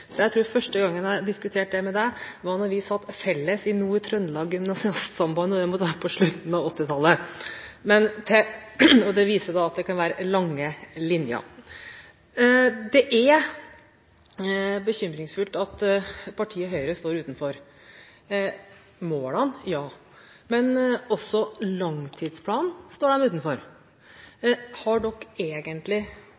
for jeg tror første gangen jeg diskuterte det med deg, var da vi satt sammen i Nord-Trøndelag Gymnasiastsamband, og det må ha vært på slutten av 1980-tallet. Det viser at det kan være lange linjer! Det er bekymringsfullt at partiet Høyre står utenfor målene. Men de står også utenfor langtidsplanen.